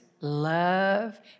love